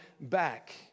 back